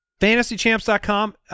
Fantasychamps.com